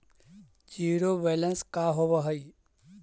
Zero balance का होव हइ?